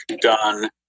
done